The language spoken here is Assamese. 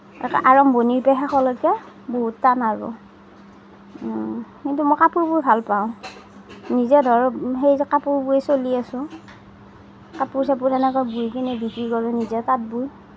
আৰম্ভণিৰ পৰা শেষৰলৈকে বহুত টান আৰু কিন্তু মই কাপোৰবোৰ ভাল পাওঁ নিজে ধৰক সেইযে কাপোৰেৰে চলি আছোঁ কাপোৰ চাপোৰ সেনেকৈ বৈকেনে বিক্ৰী কৰোঁ নিজে তাঁতবোৰ